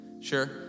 Sure